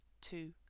two